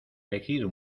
elegido